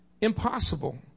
impossible